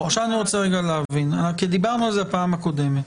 אני רוצה להבין, כי דיברנו על זה בפעם הקודמת.